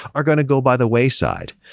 are going to go by the wayside.